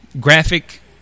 Graphic